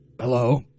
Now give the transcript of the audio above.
Hello